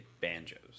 banjos